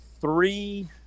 three